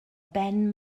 ben